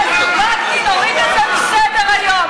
וקנין הוריד את זה מסדר-היום.